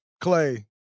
Clay